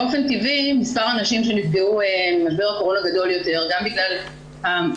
באופן טבעי מספר הנשים שנפגעו ממשבר הקורונה גדול יותר גם בגלל העיסוקים